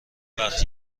وقت